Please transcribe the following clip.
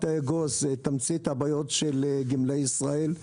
אגוז את תמצית הבעיות של גמלאי ישראל.